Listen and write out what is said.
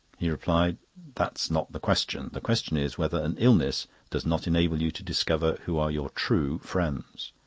he replied that's not the question. the question is whether an illness does not enable you to discover who are your true friends.